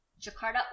Jakarta